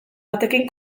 batekin